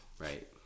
right